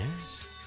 Yes